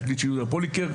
המוזיקה של יהודה פוליקר,